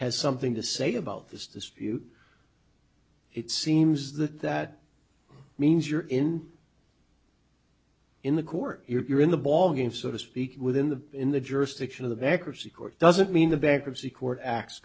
has something to say about this dispute it seems that that means you're in in the court you're in the ballgame so to speak within the in the jurisdiction of the bankruptcy court doesn't mean the bankruptcy court acts